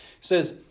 says